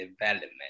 development